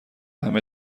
همه